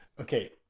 Okay